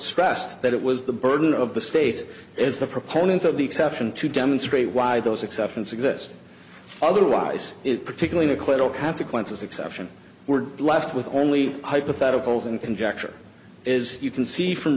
stressed that it was the burden of the state is the proponent of the exception to demonstrate why those exceptions exist otherwise it particularly clear all consequences exception were left with only hypotheticals and conjecture is you can see from